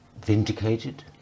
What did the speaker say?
vindicated